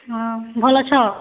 ହଁ ଭଲ୍ ଅଛ